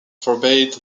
forbade